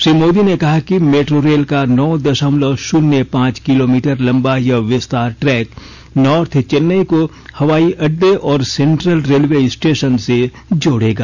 श्री मोदी ने कहा कि मेट्रो रेल का नौ दशमलव शून्य पांच किलोमीटर लंबा यह विस्तार ट्रैक नार्थ चेन्नई को हवाई अड्डे और सेंटल रेलवे स्टेशन से जोडेगा